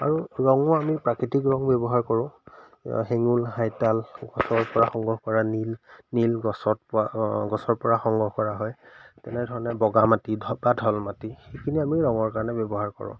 আৰু ৰঙো আমি প্ৰাকৃতিক ৰং ব্যৱহাৰ কৰোঁ শেঙুল হাইতাল গছৰপৰা সংগ্ৰহ কৰা নীল নীল গছত পোৱা গছৰপৰা সংগ্ৰহ কৰা হয় তেনেধৰণে বগা মাটি বা ঢল মাটি সেইখিনি আমি ৰঙৰ কাৰণে ব্যৱহাৰ কৰোঁ